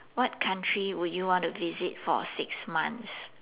what country would you want to visit for six months